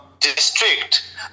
district